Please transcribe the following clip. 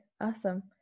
Awesome